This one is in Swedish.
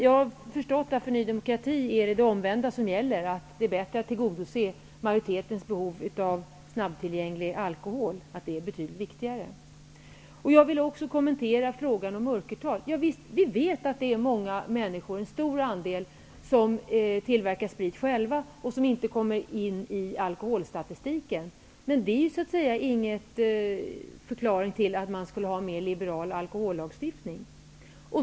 Jag förstår att det för Ny demokrati är det omvända som gäller. Det är bättre att tillgodose majoritetens behov av snabbtillgänglig alkohol. Det är betydligt viktigare. Jag vill också kommentera frågan om mörkertal. Vi vet att många människor i Sverige tillverkar sprit själva och inte kommer in i alkoholstatistiken. Men det är inget argument för att man skall ha en mer liberal alkohollagstiftning.